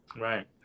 Right